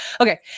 Okay